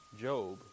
Job